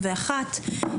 התשפ"א-2021